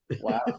wow